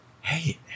hey